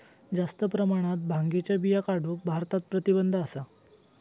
जास्त प्रमाणात भांगेच्या बिया काढूक भारतात प्रतिबंध असा